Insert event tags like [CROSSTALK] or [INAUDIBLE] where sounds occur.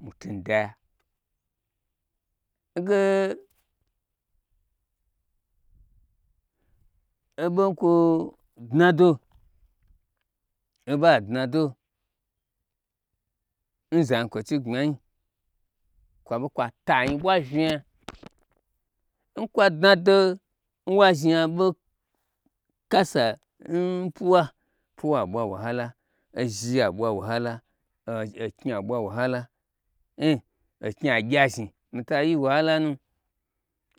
[UNINTELLIGIBLE] nge oɓo nkwo dnado n zanyi kwo chi gbmanyi kwa be kwa to anyi ɓwa vnya, n kwa dna n wa zhni'a ɓo kasa n puwa, pwa bwa wahala, ozhi aɓwa wahala, oknyi a bwa wahala tye oknyi a gya zhni mita yi wahalanu